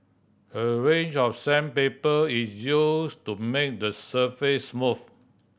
a range of sandpaper is used to make the surface smooth